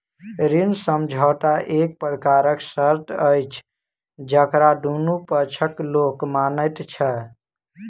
ऋण समझौता एक प्रकारक शर्त अछि जकरा दुनू पक्षक लोक मानैत छै